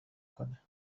کنه